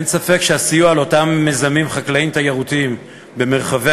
אין ספק שהסיוע לאותם מיזמים חקלאיים תיירותיים במרחבי